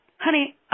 honey